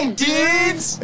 dudes